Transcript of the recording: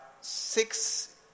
six